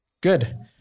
Good